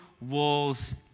walls